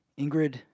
Ingrid